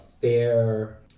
fair